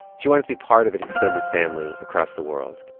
she wanted to be part of an extended family across the world,